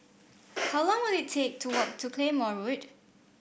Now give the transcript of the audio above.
how long will it take to walk to Claymore Road